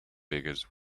beggars